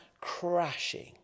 crashing